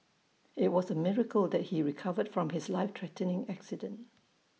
IT was A miracle that he recovered from his life threatening accident